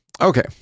Okay